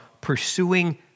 pursuing